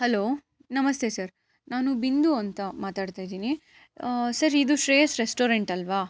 hello ನಮಸ್ತೆ sir ನಾನು ಬಿಂದು ಅಂತ ಮಾತಾಡ್ತಾ ಇದ್ದೀನಿ ಸರ್ ಇದು ಶ್ರೇಯಸ್ ರೆಸ್ಟೋರೆಂಟ್ ಅಲ್ಲವಾ